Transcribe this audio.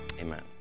Amen